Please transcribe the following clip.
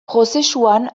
prozesuan